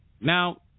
Now